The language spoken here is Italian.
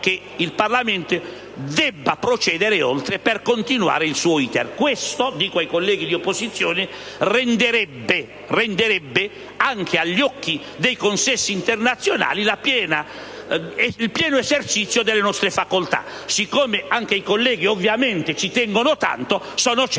il Parlamento debba procedere oltre per continuare l'*iter* del documento. Questo - dico ai colleghi di opposizione - renderebbe, anche agli occhi dei consessi internazionali, il pieno esercizio delle nostre facoltà. Siccome anche i colleghi ovviamente ci tengono tanto, sono certo